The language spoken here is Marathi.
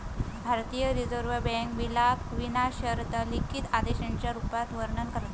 भारतीय रिजर्व बॅन्क बिलाक विना शर्त लिखित आदेशाच्या रुपात वर्णन करता